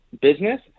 business